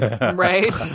Right